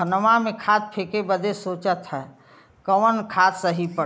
धनवा में खाद फेंके बदे सोचत हैन कवन खाद सही पड़े?